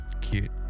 Cute